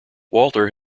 walter